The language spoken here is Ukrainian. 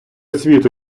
світу